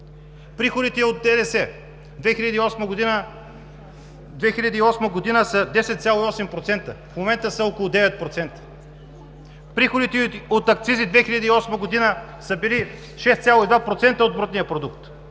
Приходите от ДДС 2008 г. са 10,8%. В момента са около 9%. Приходите от акцизи 2008 г. са били 6,2% от брутния продукт.